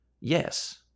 Yes